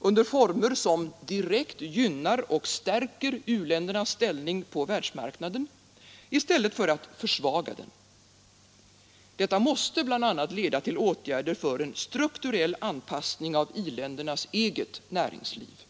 under former som direkt gynnar och stärker u-ländernas ställning på världsmarknaden, i stället för att försvaga den. Detta måste bl.a. leda till åtgärder för strukturell anpassning av i-ländernas eget näringsliv.